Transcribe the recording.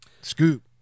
Scoop